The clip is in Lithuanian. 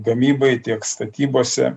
gamybai tiek statybose